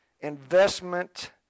investment